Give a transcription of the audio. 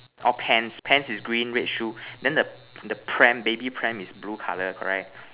oh pants pants is green red shoe then the the pram baby pram is blue colour correct